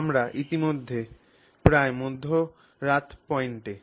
আমরা ইতিমধ্যে প্রায় মধ্যরাত পয়েন্টে